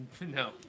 No